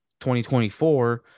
2024